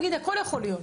הכול יכול להיות.